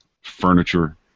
furniture